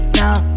now